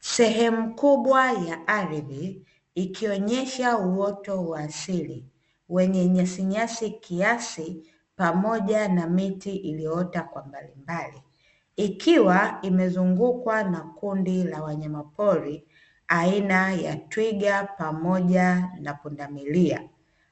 Sehemu kubwa ya ardhi ikionyesha uoto wa asili wenye nyasi nyasi kiasi, pamoja na miti iliyoota kwa palepale, ikiwa imezungukwa na kundi la wanyama pori aina ya twiga pamoja na pundamilia,